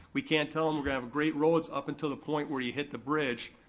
we can't tell them we're gonna have great roads up until the point where you hit the bridge,